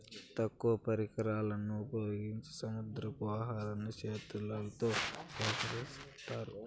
తక్కువ పరికరాలను ఉపయోగించి సముద్రపు ఆహారాన్ని చేతులతో సేకరిత్తారు